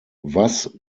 was